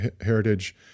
Heritage